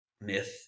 myth